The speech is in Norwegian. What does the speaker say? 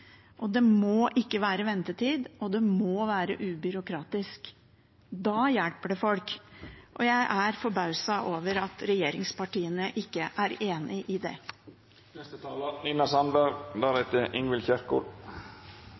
trenger. Det må være lavterskel, det må ikke være ventetid, og det må være ubyråkratisk. Da hjelper det folk. Jeg er forbauset over at regjeringspartiene ikke er enig i